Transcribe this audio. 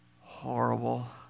horrible